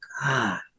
God